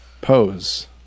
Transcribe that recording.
pose